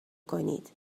کنید